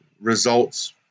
results